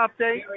update